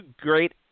great